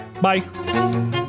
Bye